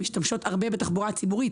ולציבור בוועדה?